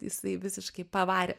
jisai visiškai pavarė